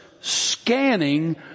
scanning